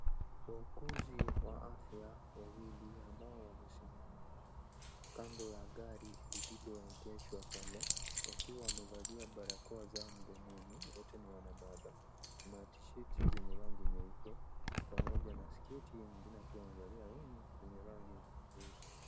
Wauguzi wa afya wawili ambao wamesimama kando ya gari liloegeshwa pale wakiwa wamevalia barakoa zao mdomoni wote ni wanadada na tisheti zenye rangi nyeupe pamoja na sketi mwingine akiwa amevalia longi yenye rangi nyeusi.